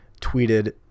tweeted